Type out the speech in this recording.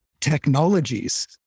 technologies